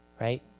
right